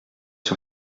sur